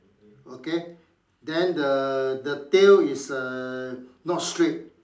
okay then the the tail is err not straight